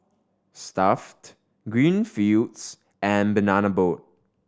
Stuff'd Greenfields and Banana Boat